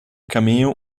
cameo